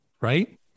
Right